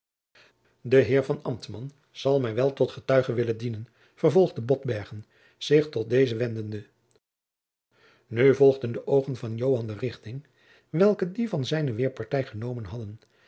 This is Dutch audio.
de heer ambtman zal mij wel tot getuige willen dienen vervolgde botbergen zich tot dezen wendende nu volgden de oogen van joan de richting welke die van zijne weêrpartij genomen hadden